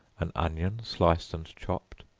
an onion sliced and chopped,